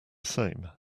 same